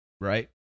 right